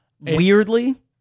Weirdly